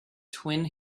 twin